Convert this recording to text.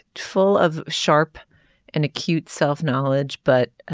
full of sharp and acute self-knowledge but